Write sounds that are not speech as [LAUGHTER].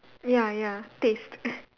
ya ya taste [LAUGHS]